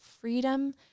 freedom